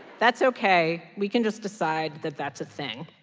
that's ok. we can just decide that that's a thing.